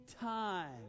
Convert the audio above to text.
time